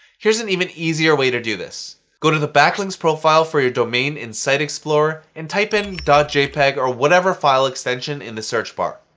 here's an even easier way to do this go to the backlinks profile for your domain in site explorer and type in jpg or whatever file extension in the search bar.